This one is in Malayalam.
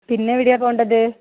പിന്നെ എവിടെയാണ് പോകേണ്ടത്